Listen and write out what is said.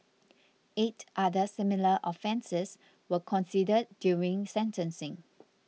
eight other similar offences were considered during sentencing